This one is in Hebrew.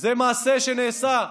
זה מעשה שנעשה,